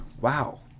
Wow